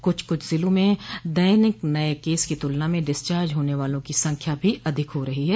कुछ कुछ जिलों में दैनिक नये केस की तुलना में डिस्चार्ज होने वालों की संख्या भी अधिक हो रही है